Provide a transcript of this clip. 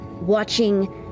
watching